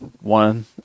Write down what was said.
one